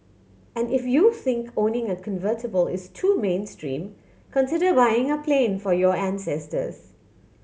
and if you think owning a convertible is too mainstream consider buying a plane for your ancestors